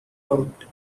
lobed